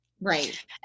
Right